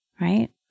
right